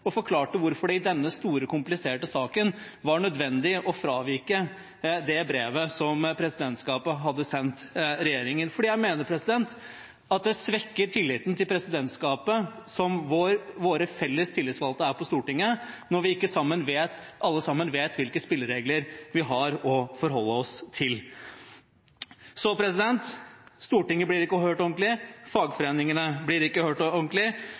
og forklarte hvorfor det i denne store, kompliserte saken var nødvendig å fravike innholdet i det brevet som presidentskapet hadde sendt regjeringen. Jeg mener at det svekker tilliten til presidentskapet som våre felles tillitsvalgte her på Stortinget når vi ikke alle sammen vet hvilke spilleregler vi har å forholde oss til. Stortinget blir ikke hørt ordentlig, fagforeningene blir ikke hørt ordentlig.